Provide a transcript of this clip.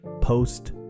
post